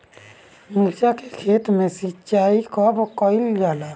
मिर्चा के खेत में सिचाई कब कइल जाला?